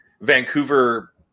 Vancouver